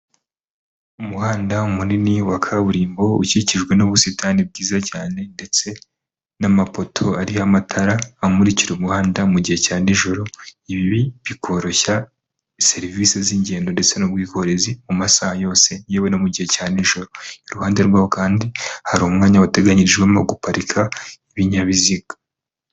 Umuhanda munini wa kaburimbo ukikijwe n'ubusitani bwiza cyane ndetse n'amapoto ariho amatara amurikira umuhanda mu gihe cya nijoro, ibi bikoroshya serivisi z'ingendo ndetse n'ubwikorezi mu masaha yose yewe no mu gihe cya nijoro, iruhande rwaho kandi hari umwanya wateganyijwemo guparika ibinyabiziga.